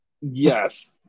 Yes